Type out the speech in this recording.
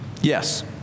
Yes